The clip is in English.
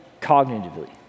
cognitively